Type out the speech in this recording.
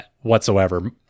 whatsoever